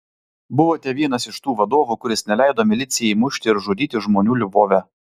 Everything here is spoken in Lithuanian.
buvote vienas iš tų vadovų kuris neleido milicijai mušti ir žudyti žmonių lvove